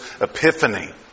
epiphany